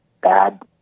bad